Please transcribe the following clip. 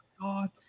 God